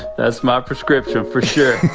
that's my prescription for sure.